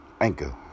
Anchor